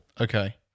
okay